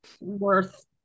worth